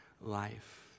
life